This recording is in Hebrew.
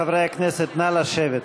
חברי הכנסת, נא לשבת.